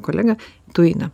kolegą tujina